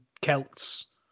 Celts